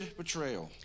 betrayal